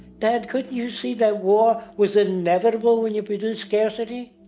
dad, couldn't you see that war was inevitable when you produce scarcity?